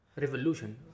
revolution